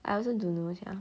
I also don't know sia